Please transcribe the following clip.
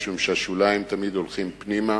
משום שהשוליים תמיד הולכים פנימה.